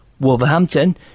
Wolverhampton